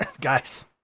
guys